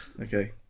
okay